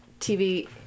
tv